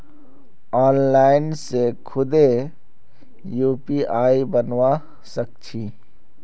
online से खुदे UPI बनवा सक छी